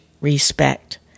respect